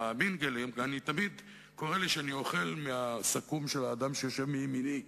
ב"מינגלינג" תמיד קורה לי שאני אוכל מהסכו"ם של האדם שיושב מימיני,